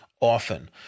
often